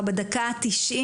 בדקה ה-90,